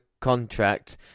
contract